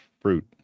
fruit